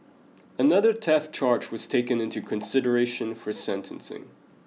another theft charge was taken into consideration for sentencing